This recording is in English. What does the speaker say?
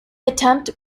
attempt